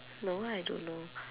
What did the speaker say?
no I don't know